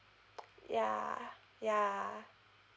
ya ya